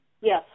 Yes